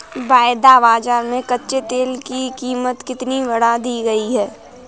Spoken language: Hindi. वायदा बाजार में कच्चे तेल की कीमत कितनी बढ़ा दी गई है?